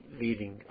leading